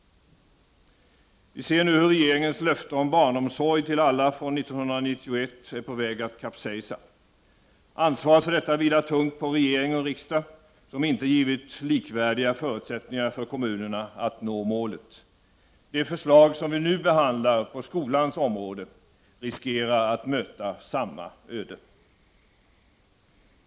Vi ser nu hur regeringens löfte om barnomsorg till alla från 1991 är på väg att kapsejsa. Ansvaret för detta vilar tungt på regering och riksdag, som inte givit likvärdiga förutsättningar för kommunerna att nå målet. Det förslag som vi nu behandlar på skolans område riskerar att möta samma öde.